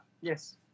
Yes